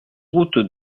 route